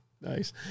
nice